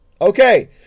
Okay